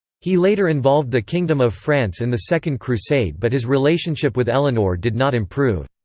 he later involved the kingdom of france in the second crusade but his relationship with eleanor did not improve.